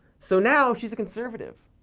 so now, she's a conservative.